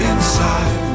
Inside